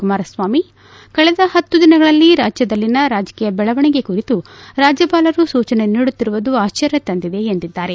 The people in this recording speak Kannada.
ಕುಮಾರಸ್ವಾಮಿ ಕಳೆದ ಪತ್ತು ದಿನಗಳಲ್ಲಿ ರಾಜ್ಯದಲ್ಲಿನ ರಾಜಕೀಯ ಬೆಳವಣಿಗೆ ಕುರಿತು ರಾಜ್ಞಪಾಲರು ಸೂಚನೆ ನೀಡುತ್ತಿರುವುದು ಆಶ್ಲರ್ಯ ತಂದಿದೆ ಎಂದಿದ್ದಾರೆ